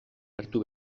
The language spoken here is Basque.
hartu